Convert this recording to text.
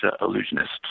Illusionist